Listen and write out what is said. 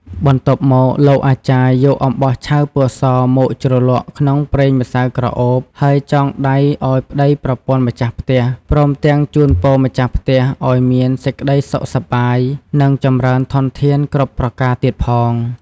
បន្ទាប់មកលោកអាចារ្យ យកអំបោះឆៅពណ៌សមកជ្រលក់ក្នុងប្រេងម្សៅក្រអូប ហើយចងដៃឲ្យប្ដីប្រពន្ធម្ចាស់ផ្ទះ ព្រមទាំងជូនពរម្ចាស់ផ្ទះឲ្យមានសេចក្តីសុខសប្បាយ នឹងចម្រើនធនធានគ្រប់ប្រការទៀតផង។